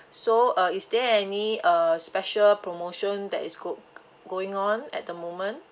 so uh is there any uh special promotion that is go going on at the moment